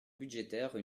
budgétaire